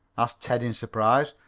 asked ted in surprise.